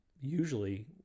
usually